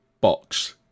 box